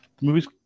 movies